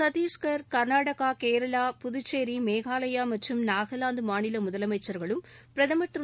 சத்தீஸ்கர் கர்நாடகா கேரளா புதுச்சேரி மேகாலாயா மற்றும் நாகலாந்து மாநில முதலமைச்சா்களும் பிரதமா் திரு